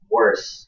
worse